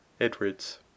Edwards